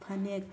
ꯐꯅꯦꯛ